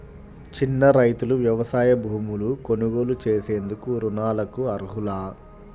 చిన్న రైతులు వ్యవసాయ భూములు కొనుగోలు చేసేందుకు రుణాలకు అర్హులా?